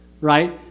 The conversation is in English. right